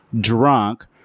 drunk